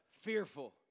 fearful